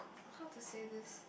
how to say this